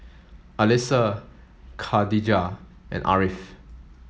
Alyssa Khadija and Ariff